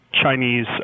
Chinese